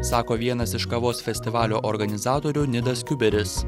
sako vienas iš kavos festivalio organizatorių nidas kiuberis